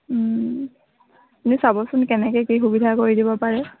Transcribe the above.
আপুনি চাবচোন কেনেকৈ কি সুবিধা কৰি দিব পাৰে